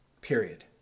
period